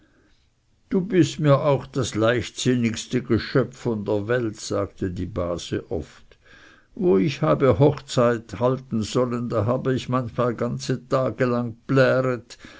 du bist mir auch das leichtsinnigste geschöpf von der welt sagte die base oft wo ich habe hochzeit halten sollen da habe ich manchmal ganze tage lang